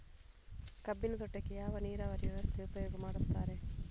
ಕಬ್ಬಿನ ತೋಟಕ್ಕೆ ಯಾವ ನೀರಾವರಿ ವ್ಯವಸ್ಥೆ ಉಪಯೋಗ ಮಾಡುತ್ತಾರೆ?